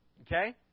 okay